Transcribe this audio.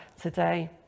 today